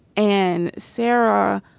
and sarah